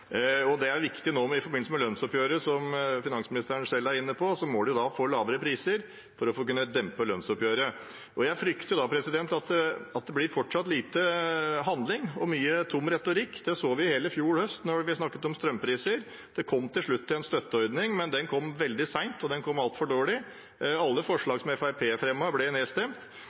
Det er viktig nå i forbindelse med lønnsoppgjøret, som finansministeren selv var inne på. Man må da får lavere priser for å kunne dempe lønnsoppgjøret. Jeg frykter at det fortsatt blir lite handling og mye tom retorikk. Vi så det i hele fjor høst, da det ble snakket om strømpriser. Det kom til slutt til en støtteordning, men den kom veldig sent, og den er altfor dårlig. Alle forslag som Fremskrittspartiet fremmet, ble nedstemt.